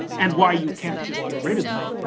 and why you can't just get rid of them.